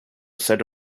set